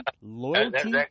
Loyalty